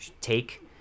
take